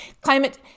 Climate